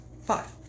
Five